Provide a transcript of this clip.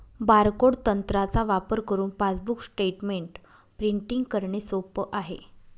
barcode तंत्राचा वापर करुन पासबुक स्टेटमेंट प्रिंटिंग करणे सोप आहे